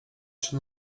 czy